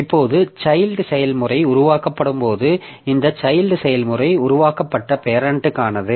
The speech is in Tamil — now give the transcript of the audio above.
இப்போது சைல்ட் செயல்முறை உருவாக்கப்படும்போது இந்த சைல்ட் செயல்முறை உருவாக்கப்பட்ட பேரெண்ட்க்கானது